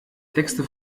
texte